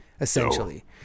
essentially